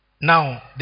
now